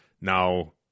Now